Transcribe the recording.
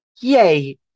Yay